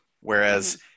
Whereas